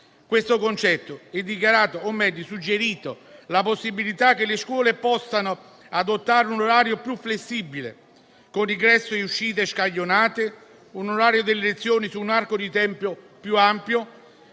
questo concetto. Ha suggerito la possibilità che le scuole possano adottare un orario più flessibile con ingressi e uscite scaglionati, un orario delle lezioni su un arco di tempo più ampio,